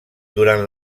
durant